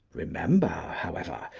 remember, however,